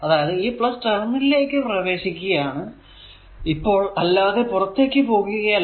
അതായതു ഈ ടെര്മിനലിലേക്കു പ്രവേശിക്കുകയാണ് ഇപ്പോൾ അല്ലതെ പുറത്തേക്കു പോകുകയല്ല